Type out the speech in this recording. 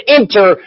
enter